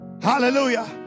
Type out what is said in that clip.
Hallelujah